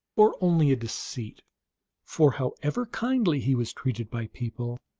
or only a deceit for however kindly he was treated by people,